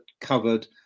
covered